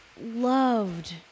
loved